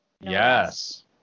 Yes